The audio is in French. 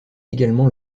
également